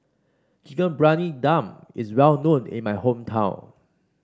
Chicken Briyani Dum is well known in my hometown